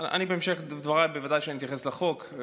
אני בהמשך דבריי בוודאי אתייחס לחוק,